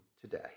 today